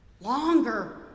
longer